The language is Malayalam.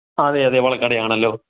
അതെ അതെ വളക്കട ആണല്ലോ